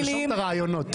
תרשום את הרעיונות.